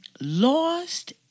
lost